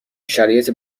شرایط